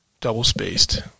double-spaced